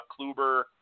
Kluber